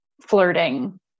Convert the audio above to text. flirting